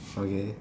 okay